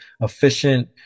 efficient